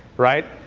right?